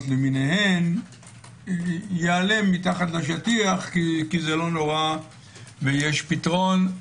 למיניהן יעלה מתחת לשטיח כי זה לא נורא ויש פתרון.